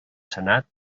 senat